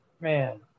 Man